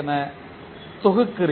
என தொகுக்கிறீர்கள்